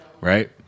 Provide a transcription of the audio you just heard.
Right